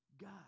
God